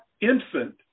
infant